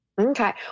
Okay